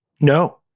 No